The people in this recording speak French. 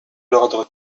l’ordre